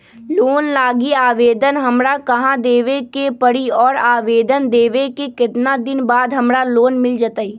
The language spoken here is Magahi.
लोन लागी आवेदन हमरा कहां देवे के पड़ी और आवेदन देवे के केतना दिन बाद हमरा लोन मिल जतई?